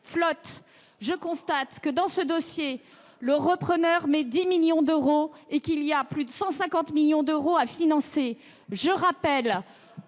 route. Je constate que, dans ce dossier, le repreneur entend investir 10 millions d'euros, alors qu'il y a plus de 150 millions d'euros à financer. Je rappelle